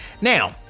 now